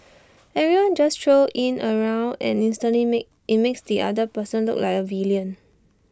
everyone just throws IT in around and instantly IT makes the other person look like A villain